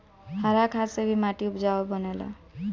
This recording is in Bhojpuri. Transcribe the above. हरा खाद से भी माटी उपजाऊ बनेला